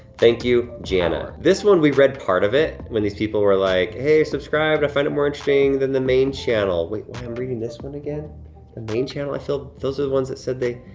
thank you, jana. this one we read part of it when these people were like, hey, subscribed, i find it more interesting than the main channel. wait, why i'm reading this one again? the main channel, i feel those are the ones that said they,